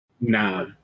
Nah